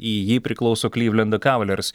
į jį priklauso klivlendo kavaliers